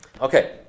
Okay